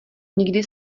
nikdy